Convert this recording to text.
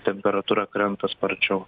temperatūra krenta sparčiau